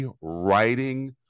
writing